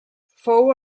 fou